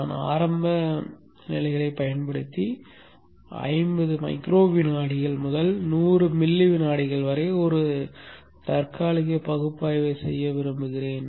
நாம் ஆரம்ப நிலைகளைப் பயன்படுத்தி 50 மைக்ரோ விநாடிகள் முதல் 100 மில்லி விநாடிகள் வரை ஒரு தற்காலிகப் பகுப்பாய்வைச் செய்ய விரும்புகிறோம்